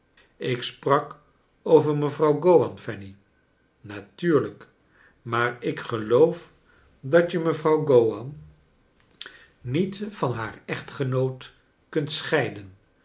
ik sprak over mevrouw gowan fanny natuurlijk maar ik geloof dat je mevrouw gowan niet van haar echtgenoot kunt scheiden